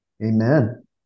Amen